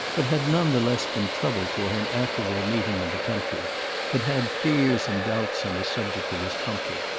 but had none the less been troubled for him after their meeting in the country had had fears and doubts on the subject of his comfort.